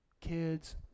Kids